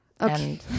okay